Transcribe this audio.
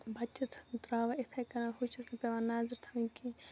ترٛاوان یِتھَے کَنَن ہُہ چھِس نہٕ پٮ۪وان نظر تھاوٕنۍ کینٛہہ